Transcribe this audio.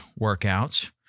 workouts